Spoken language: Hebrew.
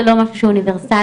זה לא משהו אוניברסלי.